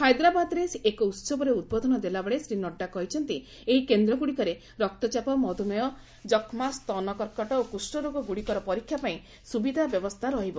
ହାଇଦ୍ରାବାଦରେ ଏକ ଉତ୍ସବରେ ଉଦ୍ବୋଧନ ଦେଲାବେଳେ ଶ୍ରୀ ନଡ୍ରା କହିଛନ୍ତି ଏହି କେନ୍ଦ୍ରଗୁଡ଼ିକରେ ରକ୍ତଚାପ ମଧୁମେହ ଯକ୍ଷ୍ମା ସ୍ତନ କର୍କଟ ଓ କୁଷ୍ଠରୋଗଗୁଡ଼ିକର ପରୀକ୍ଷା ପାଇଁ ସୁବିଧା ବ୍ୟବସ୍ଥା ରହିବ